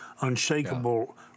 unshakable